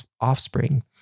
offspring